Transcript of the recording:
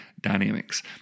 Dynamics